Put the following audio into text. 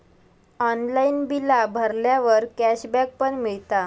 online बिला भरल्यावर cashback पण मिळता